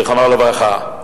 זיכרונו לברכה,